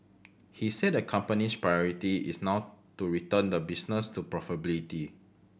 he said the company's priority is not to return the business to profitability